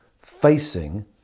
facing